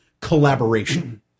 collaboration